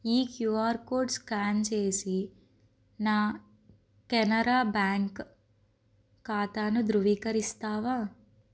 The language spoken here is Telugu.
ఈ క్యూఆర్ కోడ్ స్కాన్ చేసి నా కెనరా బ్యాంక్ ఖాతాను ధృవీకరిస్తావా